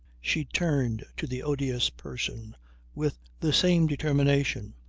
she turned to the odious person with the same determination.